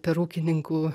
per ūkininkų